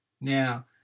Now